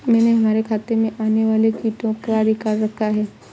मैंने हमारे खेत में आने वाले कीटों का रिकॉर्ड रखा है